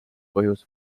põhjus